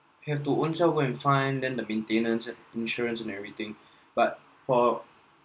you have to own self go and find then the maintenance and insurance and everything but for